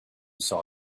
saw